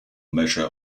measure